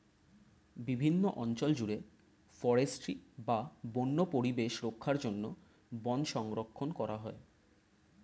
বিভিন্ন অঞ্চল জুড়ে ফরেস্ট্রি বা বন্য পরিবেশ রক্ষার জন্য বন সংরক্ষণ করা হয়